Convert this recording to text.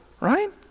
right